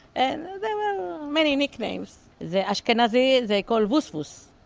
and many nicknames. the ashkenazi they call vusvus,